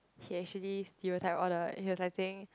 he actually stereotype all the he was like saying